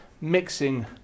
mixing